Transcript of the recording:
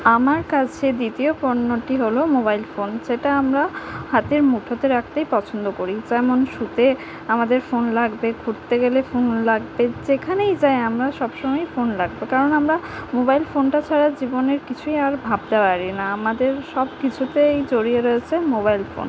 আমার কাছে দ্বিতীয় পণ্যটি হলো মোবাইল ফোন যেটা আমরা হাতের মুঠোতে রাখতেই পছন্দ করি যেমন শুতে আমাদের ফোন লাগবে ঘুরতে গেলে ফোন লাগবে যেখানেই যাই আমরা সবসময়েই ফোন লাগবে কারণ আমরা মোবাইল ফোনটা ছাড়া জীবনের কিছুই আর ভাবতে পারি না আমাদের সব কিছুতেই জড়িয়ে রয়েছে মোবাইল ফোন